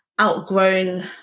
outgrown